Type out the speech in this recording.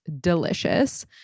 delicious